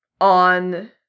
on